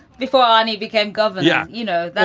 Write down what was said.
before um he became governor. yeah. you know,